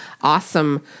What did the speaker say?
awesome